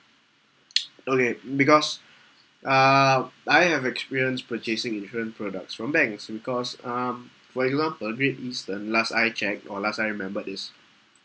okay because uh I have experience purchasing insurance products from banks because um for example great eastern last I checked or last I remembered is